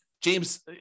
James